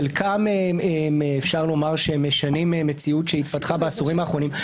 חלקם משנים מציאות שהתפתחה בעשורים האחרונים,